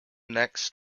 next